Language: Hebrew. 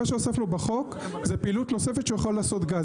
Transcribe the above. מה שהוספנו בחוק זה פעילות נוספת שהוא יוכל לעשות גז.